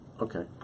okay